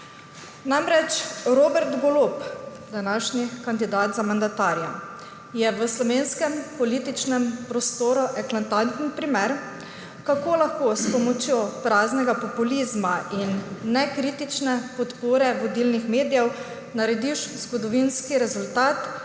Namreč, Robert Golob, današnji kandidat za mandatarja, je v slovenskem političnem prostoru eklatanten primer, kako lahko s pomočjo praznega populizma in nekritične podpore vodilnih medijev narediš zgodovinski rezultat,